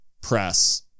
press